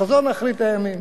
חזון אחרית הימים